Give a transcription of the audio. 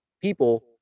people